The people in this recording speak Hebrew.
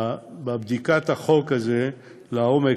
בבדיקת החוק הזה לעומק,